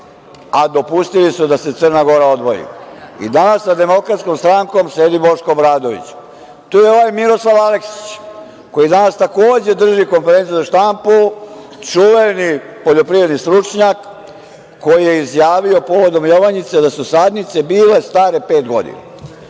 a dopustili su da se Crna Gora odvoji. Danas sa DS sedi Boško Obradović. Tu je i ovaj Miroslav Aleksić, koji danas, takođe, drži konferenciju za štampu, čuveni poljoprivredni stručnjak, koji je izjavio povodom Jovanjice, da su sadnice bile stare pet godina.